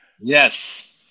Yes